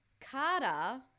Carter